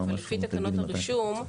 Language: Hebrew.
לפי תקנות הרישום,